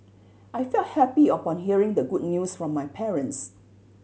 I felt happy upon hearing the good news from my parents